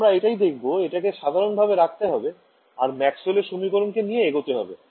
আমরা এবার এটাই দেখবো এটাকে সাধারণ ভাবে রাখতে হবে আর ম্যাক্স ওয়েলের সমীকরণ কে নিয়ে এগতে হবে